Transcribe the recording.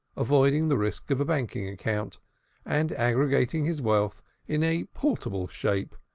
avoiding the risks of a banking-account and aggregating his wealth in a portable shape,